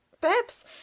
Perhaps